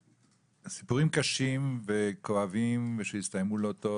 יש הרבה סיפורים קשים וכואבים וכאלה שהסתיימו לא טוב.